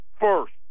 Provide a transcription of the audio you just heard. first